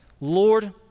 Lord